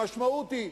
המשמעות היא,